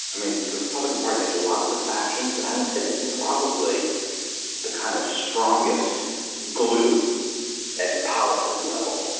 i mean, the republican party has lots of factions, but i would say that's probably the kind of strongest glue at the policy level.